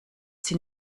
sie